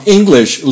English